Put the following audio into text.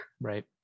Right